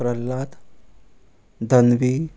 Ravalnath Tanvi